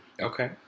Okay